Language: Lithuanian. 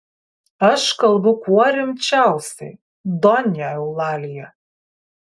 aš kalbu kuo rimčiausiai donja eulalija